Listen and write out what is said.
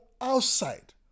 outside